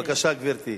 בבקשה, גברתי.